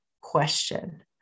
question